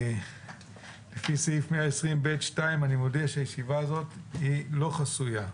לפי סעיף 120(ב)(2) אני מודיע שישיבה זו אינה חסויה.